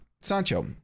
Sancho